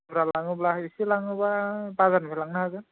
बुरजा लाङोब्ला एसे लाङोबा बाजार निफ्राय लांनो हागोन